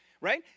right